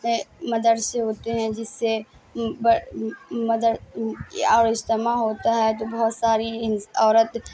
مدرسے ہوتے ہیں جس سے مدر اور اجتماع ہوتا ہے تو بہت ساری عورت